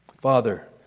Father